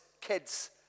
kid's